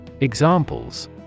Examples